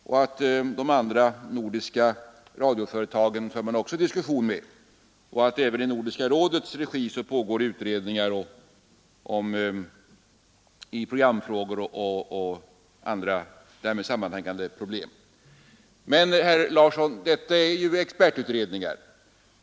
Man för diskussioner med radioföretagen i de andra nordiska länderna, och även i Nordiska rådets regi pågår utredningar i programfrågor och därmed sammanhängande problem. Men, herr Larsson, detta är ju expertutredningar.